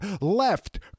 Left